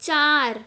चारि